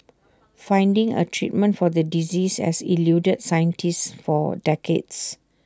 finding A treatment for the disease has eluded scientists for decades